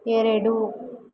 ಎರಡು